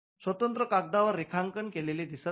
स्वतंत्र कागदावर रेखांकन केलेले दिसत नाही